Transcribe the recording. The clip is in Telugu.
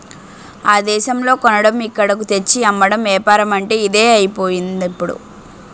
ఆ దేశంలో కొనడం ఇక్కడకు తెచ్చి అమ్మడం ఏపారమంటే ఇదే అయిపోయిందిప్పుడు